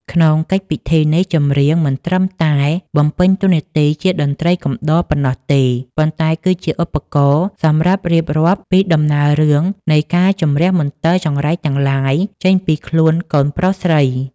ក្នុងកិច្ចពិធីនេះ ចម្រៀងមិនត្រឹមតែបំពេញតួនាទីជាតន្ត្រីកំដរប៉ុណ្ណោះទេ ប៉ុន្តែគឺជាឧបករណ៍សម្រាប់រៀបរាប់ពីដំណើររឿងនៃការជម្រះមន្ទិលចង្រៃទាំងឡាយចេញពីខ្លួនកូនប្រុសស្រី